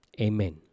Amen